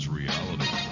reality